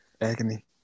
Agony